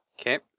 Okay